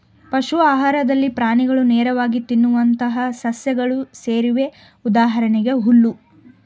ಪಶು ಆಹಾರದಲ್ಲಿ ಪ್ರಾಣಿಗಳು ನೇರವಾಗಿ ತಿನ್ನುವಂತಹ ಸಸ್ಯಗಳು ಸೇರಿವೆ ಉದಾಹರಣೆಗೆ ಹುಲ್ಲು